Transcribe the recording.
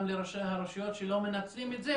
גם לראשי הרשויות שלא מנצלים את זה,